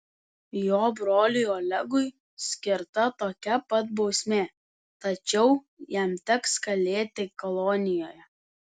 jo broliui olegui skirta tokia pat bausmė tačiau jam teks kalėti kolonijoje